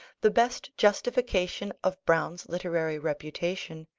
the best justification of browne's literary reputation,